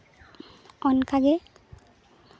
ᱚᱱᱠᱟᱜᱮ